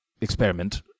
experiment